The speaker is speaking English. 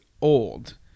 old